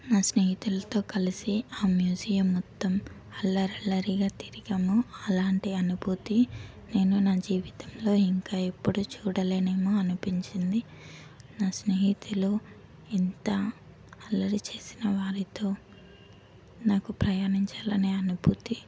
నా స్నేహితులతో కలిసి ఆ మ్యూజియం మొత్తం అల్లరి అల్లరిగా తిరిగాము అలాంటి అనుభూతి నేను నా జీవితంలో ఇంకా ఎప్పుడు చూడలేనేమో అనిపించింది నా స్నేహితులు ఇంత అల్లరి చేసినా వారితో నాకు ప్రయాణించాలని అనుభూతి